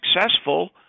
successful